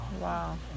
Wow